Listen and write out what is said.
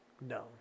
No